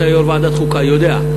אתה יו"ר ועדת חוקה ואתה יודע,